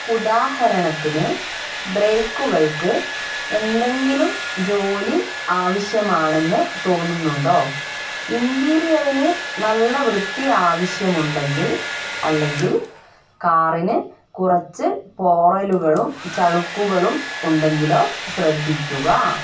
ഉദാഹരണത്തിന് ബ്രേക്കുകൾക്ക് എന്തെങ്കിലും ജോലി ആവശ്യമാണെന്ന് തോന്നുന്നുണ്ടോ ഇന്റീരിയറിന് നല്ല വൃത്തി ആവശ്യമുണ്ടെങ്കിൽ അല്ലെങ്കിൽ കാറിന് കുറച്ച് പോറലുകളും ചളുക്കുകളും ഉണ്ടെങ്കിലോ ശ്രദ്ധിക്കുക